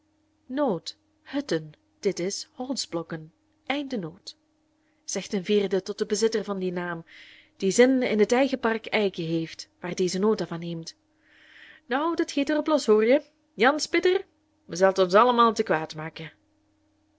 hutten der op anëtrokken zegt een vierde tot den bezitter van dien naam die zin in het eigen park eiken heeft waar deze nota van neemt nou dat geet er op los hoorje jan spitter zel t ons allemæl te kwæd